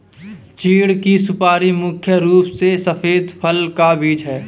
चीढ़ की सुपारी मुख्य रूप से सफेद फल का बीज है